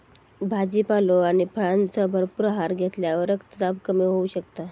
भाजीपालो आणि फळांचो भरपूर आहार घेतल्यावर रक्तदाब कमी होऊ शकता